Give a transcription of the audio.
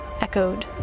echoed